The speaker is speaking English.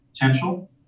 potential